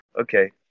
okay